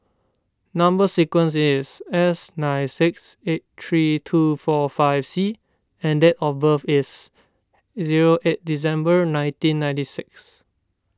Number Sequence is S nine six eight three two four five C and date of birth is zero eight December nineteen ninety six